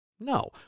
No